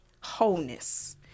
wholeness